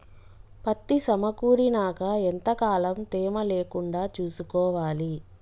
పత్తి సమకూరినాక ఎంత కాలం తేమ లేకుండా చూసుకోవాలి?